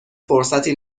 فرصتی